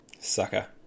Sucker